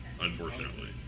Unfortunately